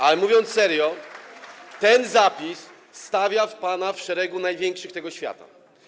Ale tak serio - ten zapis stawia pana w szeregu największych tego świata.